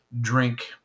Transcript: drink